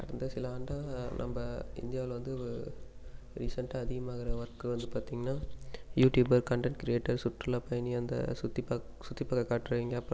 கடந்த சில ஆண்டாக நம்ம இந்தியாவில் வந்து ஒரு ரீசன்டாக அதிகமாகிற ஒர்க் வந்து பார்த்திங்கன்னா யூடியூபர் கன்டென்ட் கிரியேட்டர் சுற்றுலா பயணி அந்த சுற்றி பாக் சுற்றி பார்க்க காட்றவங்க அப்புறம்